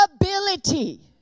Ability